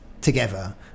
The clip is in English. together